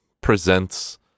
presents